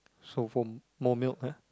so for more milk ah